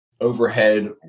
overhead